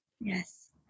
Yes